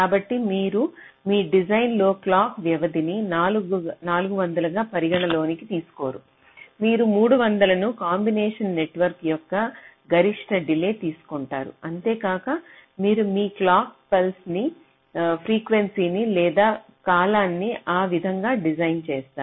కాబట్టి మీరు మీ డిజైన్ లో క్లాక్ వ్యవధి 400 గా పరిగణనలోకి తీసుకోరు మీరు 300 ను కాంబినేషన్ నెట్వర్క్ యొక్క గరిష్ట డిలే తీసుకుంటారు అంతేకాక మీరు మీ క్లాక్ ఫ్రీక్వెన్సీని లేదా కాలాన్ని ఆ విధంగా డిజైన్ చేస్తారు